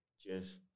Cheers